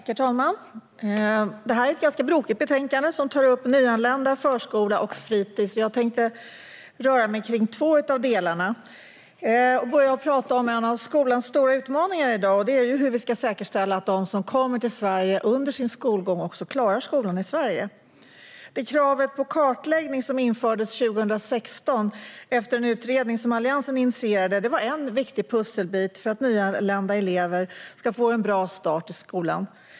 Herr talman! Detta är ett ganska brokigt betänkande som tar upp nyanlända, förskola och fritis. Jag tänkte röra mig kring två av delarna och börja prata om en av skolans stora utmaningar i dag. Det är hur vi ska säkerställa att de som kommer till Sverige under sin skolgång också klarar skolan i Sverige. Det krav på kartläggning som infördes 2016 efter en utredning som Alliansen initierade är en viktig pusselbit för att nyanlända elever ska få en bra start i skolan.